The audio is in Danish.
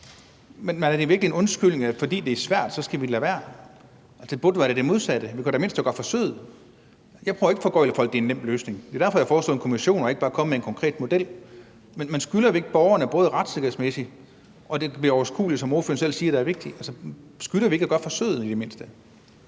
Men er det virkelig en undskyldning, altså at vi skal lade være, fordi det er svært? Altså, det burde da være det modsatte, og du kan da i det mindste gøre forsøget. Jeg prøver ikke at foregøgle folk, at det er en nem løsning, og det er derfor, jeg har foreslået en kommission og ikke bare kommer med en konkret model. Men skylder vi ikke borgerne både retssikkerhedsmæssigt, og fordi det, som ordføreren selv siger, er vigtigt, at det bliver overskueligt, i det mindste